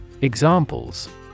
Examples